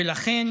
ולכן